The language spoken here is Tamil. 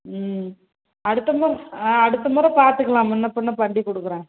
ம் அடுத்த முற் ஆ அடுத்த முறை பார்த்துக்கலாம் முன்னே பின்னே பண்ணிக்கொடுக்குறேன்